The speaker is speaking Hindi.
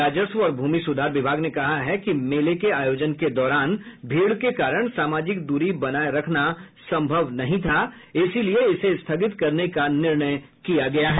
राजस्व और भूमि सुधार विभाग ने कहा है कि मेला के आयोजन के दौरान भीड़ के कारण सामाजिक दूरी बनाये रखना सम्भव नहीं था इसलिये इसे स्थगित करने का निर्णय किया गया है